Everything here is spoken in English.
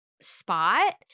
spot